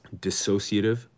dissociative